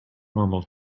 normal